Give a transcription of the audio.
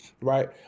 right